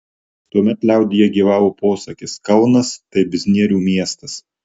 tuomet liaudyje gyvavo posakis kaunas tai biznierių miestas